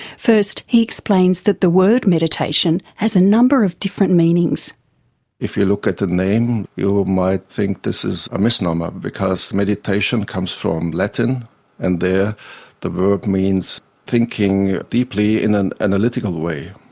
first, he explains that the word meditation has a number of different meaningspeter sedlmeier if you look at the name you might think this is a misnomer because meditation comes from latin and there the word means thinking deeply in an analytical way,